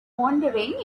wondering